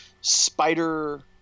spider